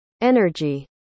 energy